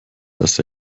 das